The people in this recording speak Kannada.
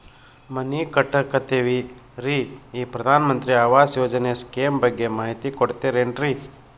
ಮನಿ ಕಟ್ಟಕತೇವಿ ರಿ ಈ ಪ್ರಧಾನ ಮಂತ್ರಿ ಆವಾಸ್ ಯೋಜನೆ ಸ್ಕೇಮ್ ಬಗ್ಗೆ ಮಾಹಿತಿ ಕೊಡ್ತೇರೆನ್ರಿ?